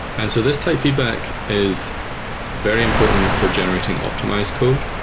and so this type feedback is very important for generating optimized code.